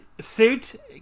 Suit